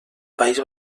país